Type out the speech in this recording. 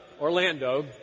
Orlando